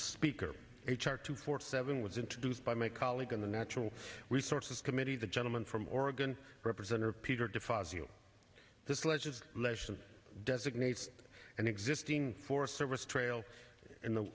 speaker h r two hundred seven was introduced by may colleague on the natural resources committee the gentleman from oregon representative peter de fazio this legislation designates an existing forest service trail in the